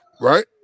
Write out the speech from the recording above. right